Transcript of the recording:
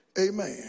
amen